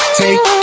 take